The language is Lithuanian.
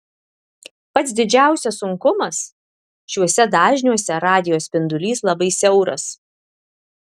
pats didžiausias sunkumas šiuose dažniuose radijo spindulys labai siauras